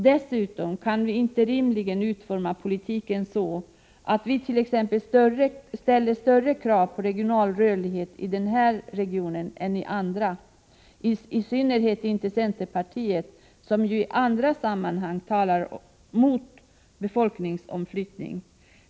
Dessutom kan vi inte rimligen utforma politiken så, att vi t.ex. ställer större krav på regional rörlighet i den här regionen än i andra — i synnerhet inte centerpartiet som ju i andra sammanhang talar mot befolkningsomflyttning.